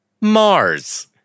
Mars